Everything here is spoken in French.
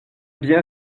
bien